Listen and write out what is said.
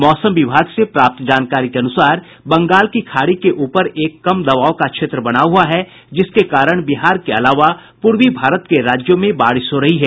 मौसम विभाग से प्राप्त जानकारी के अनुसार बंगाल की खाड़ी के उपर एक कम दबाव का क्षेत्र बना हुआ है जिसके कारण बिहार के अलावा पूर्वी भारत के राज्यों में बारिश हो रही है